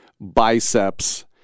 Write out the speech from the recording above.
biceps